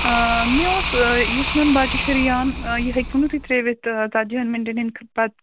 آ مےٚ اوس یُس میٛون بَچہٕ چھُ رِیان یہِ ہیٚکہوٗناہ تُہۍ ترٛٲوِتھ ژَتجِہَن مِنٹَن ہٕنٛدِ خٲطرٕ پَتہٕ